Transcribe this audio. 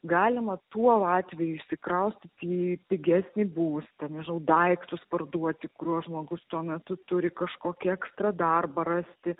galima tuo atveju įsikraustyti į pigesnį būstą nežinau daiktus parduoti kuriuos žmogus tuo metu turi kažkokį ekstra darbą rasti